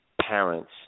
parents